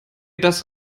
das